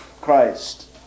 Christ